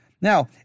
Now